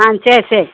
ஆ சரி சரி